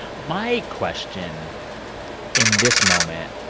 my question in this moment,